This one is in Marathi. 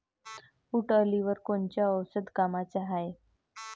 उंटअळीवर कोनचं औषध कामाचं हाये?